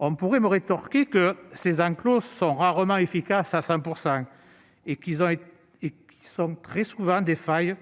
On pourrait me rétorquer que ces enclos sont rarement efficaces à 100 % et qu'ils ont très souvent des failles